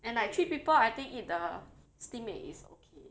and like three people I think eat the steam egg is okay